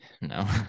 No